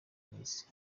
denis